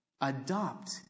adopt